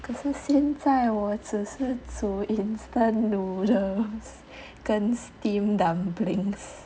可是现在我只是煮 instant noodles 跟 steamed dumplings